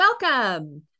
Welcome